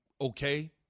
okay